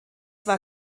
war